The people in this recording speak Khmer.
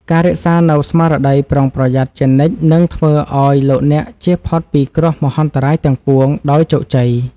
ការរក្សានូវស្មារតីប្រុងប្រយ័ត្នជានិច្ចនឹងធ្វើឱ្យលោកអ្នកជៀសផុតពីគ្រោះមហន្តរាយទាំងពួងដោយជោគជ័យ។